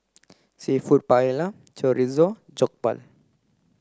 Seafood Paella Chorizo Jokbal